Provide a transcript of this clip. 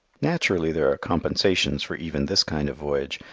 naturally, there are compensations for even this kind of voyage,